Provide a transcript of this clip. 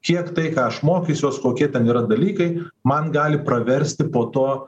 kiek tai ką aš mokysiuosi kokie ten yra dalykai man gali praversti po to